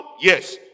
Yes